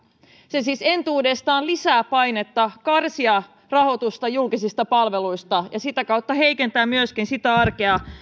se siis entuudestaan lisää painetta karsia rahoitusta julkisista palveluista ja sitä kautta heikentää myöskin sitä työelämää